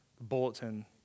bulletin